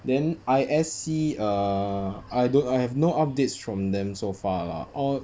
then I_S_C err I don't I have no updates from them so far lah all